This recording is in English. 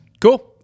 Cool